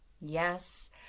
yes